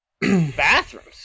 bathrooms